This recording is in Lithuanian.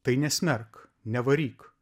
tai nesmerk nevaryk